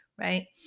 right